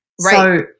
Right